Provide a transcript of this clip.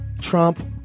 Trump